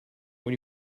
when